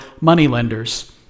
moneylenders